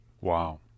Wow